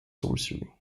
sorcery